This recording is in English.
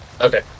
Okay